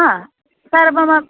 हा सर्वमपि